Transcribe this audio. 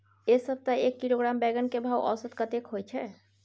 ऐ सप्ताह एक किलोग्राम बैंगन के भाव औसत कतेक होय छै?